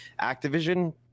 Activision